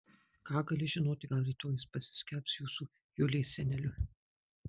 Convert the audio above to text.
ką gali žinoti gal rytoj jis pasiskelbs jūsų julės seneliu